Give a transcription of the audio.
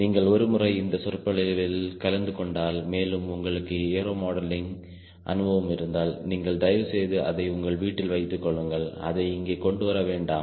நீங்கள் ஒருமுறை இந்த சொற்பொழிவில் கலந்து கொண்டால்மேலும் உங்களுக்கு ஏரோ மாடலிங்கில் அனுபவம் இருந்தால் நீங்கள் தயவு செய்து அதை உங்கள் வீட்டில் வைத்துக்கொள்ளுங்கள் இங்கே அதை கொண்டு வர வேண்டாம்